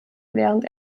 während